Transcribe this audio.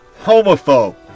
homophobe